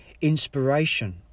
inspiration